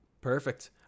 Perfect